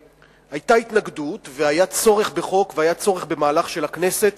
היתה התנגדות והיה צורך בחוק והיה צורך במהלך של הכנסת